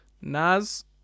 Naz